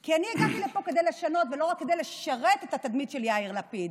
כי אני הגעתי לפה כדי לשנות ולא רק כדי לשרת את התדמית של יאיר לפיד.